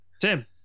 Tim